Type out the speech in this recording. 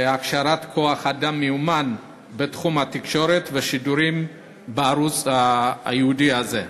הכשרת כוח-אדם מיומן בתחום התקשורת ושידורים בערוץ הייעודי הזה.